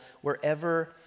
wherever